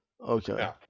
Okay